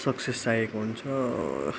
success चाहिएको हुन्छ